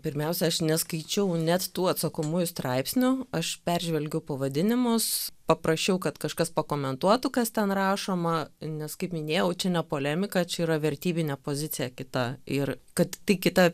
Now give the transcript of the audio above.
pirmiausia aš neskaičiau net tų atsakomųjų straipsnių aš peržvelgiau pavadinimus paprašiau kad kažkas pakomentuotų kas ten rašoma nes kaip minėjau čia ne polemika čia yra vertybinė pozicija kita ir kad tai kita